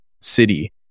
city